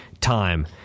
time